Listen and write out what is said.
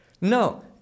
No